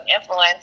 influence